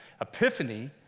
epiphany